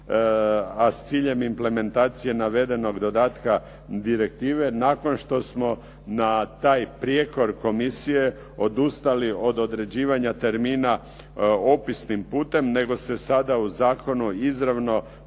a s ciljem implementacije navedenog dodatka direktive nakon što smo na taj prijekor Komisije odustali od određivanja termina opisnim putem, nego se sada u zakonu izravno